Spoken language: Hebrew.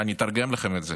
אני אתרגם לכם את זה,